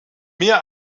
mehr